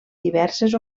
diverses